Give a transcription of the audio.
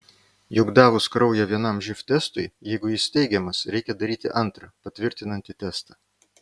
juk davus kraują vienam živ testui jeigu jis teigiamas reikia daryti antrą patvirtinantį testą